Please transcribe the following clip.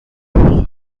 جلوی